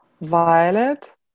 violet